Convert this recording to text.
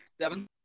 seven